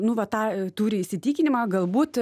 nu va tą turi įsitikinimą galbūt